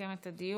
ולסכם את הדיון.